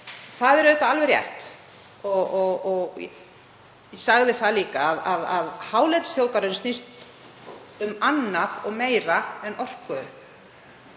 Það er auðvitað alveg rétt og ég sagði það líka að hálendisþjóðgarður snýst um annað og meira en orku.